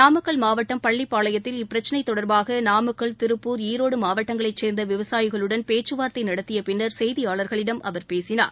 நாமக்கல் மாவட்டம் பள்ளிப்பாளையத்தில் இப்பிரச்சினை தொடர்பாக நாமக்கல் திருப்பூர் ஈரோடு மாவட்டங்களைச் சேர்ந்த விவசாயிகளுடன் பேச்சு வார்த்தை நடத்திய பின்னர் செய்தியாளர்களிடம் அவர் பேசினார்